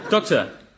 Doctor